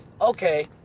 okay